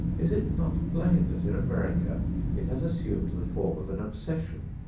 is it not plain that in america it has assumed the form of an obsession,